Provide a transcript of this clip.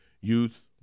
youth